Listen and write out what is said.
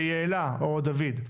יעלה או דוד,